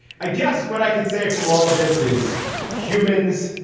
i guess what i could say from all of this is humans.